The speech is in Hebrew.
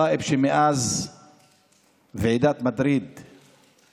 סאיב מאז ועידת מדריד השקיע את